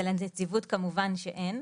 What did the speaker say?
בנציבות כמובן שאין,